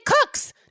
cooks